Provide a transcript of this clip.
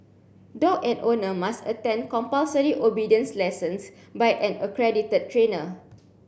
dog and owner must attend compulsory obedience lessons by an accredited trainer